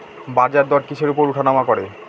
বাজারদর কিসের উপর উঠানামা করে?